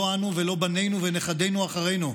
לא אנו ולא בנינו ונכדינו אחרינו,